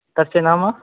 तस्य नाम